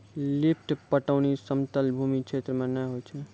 lift पटौनी समतल भूमी क्षेत्र मे नै होय छै